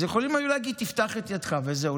יכולים היו להגיד: פתח את ידך, וזהו.